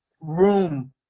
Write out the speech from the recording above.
room